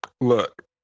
look